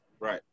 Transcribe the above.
Right